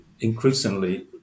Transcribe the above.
increasingly